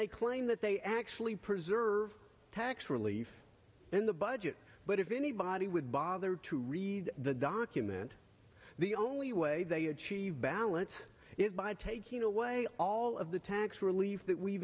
they claim that they actually preserve tax relief in the budget but if anybody would bother to read the document the only way they achieve balance is by taking away all of the tax relief that we've